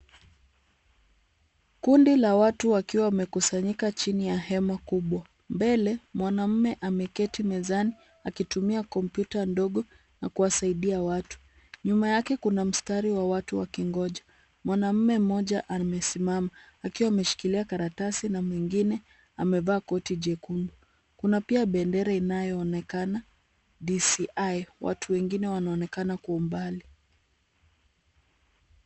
Kundi la watu wakiwa wamekusanyika chini ya hema kubwa. Mbele mwanaume ameketi mezani akitumia kompyuta ndogo na kuwasaidia watu. Nyuma yake kuna mstari wa watu wakingoja. Mwanaume mmoja amesimama akiwa ameshikilia karatasi na mwingine amevaa koti jekundu. Kuna pia bendera inayoonekana DCI. Watu wengine wanaonekana kwa umbali.